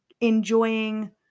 enjoying